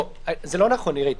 זה לא נכון, נירית.